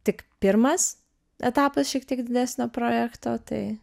tik pirmas etapas šiek tiek didesnio projekto tai